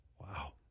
Wow